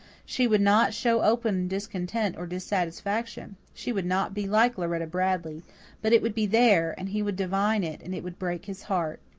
she would not show open discontent or dissatisfaction she would not be like lauretta bradley but it would be there, and he would divine it, and it would break his heart.